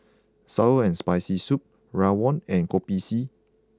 Sour and Spicy Soup Rawon and Kopi C